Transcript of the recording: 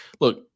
look